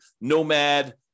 nomad